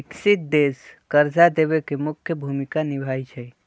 विकसित देश कर्जा देवे में मुख्य भूमिका निभाई छई